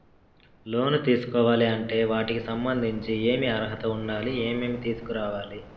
లోను తీసుకోవాలి అంటే వాటికి సంబంధించి ఏమి అర్హత ఉండాలి, ఏమేమి తీసుకురావాలి